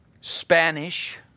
Spanish